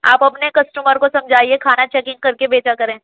آپ اپنے کسٹمر کو سمجھائیے کھانا چیکنگ کر کے بھیجا کریں